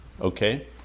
Okay